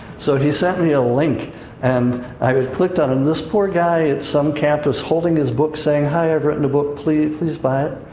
so he sent me a link and i clicked on it. and this poor guy at some campus, holding his book, saying, hi, i've written a book, plea please buy it.